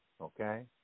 okay